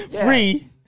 Free